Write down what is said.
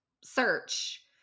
search